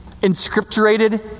inscripturated